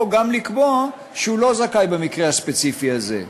או גם לקבוע שהוא לא זכאי במקרה הספציפי הזה.